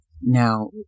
Now